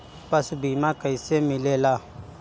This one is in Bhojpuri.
पशु बीमा कैसे मिलेला?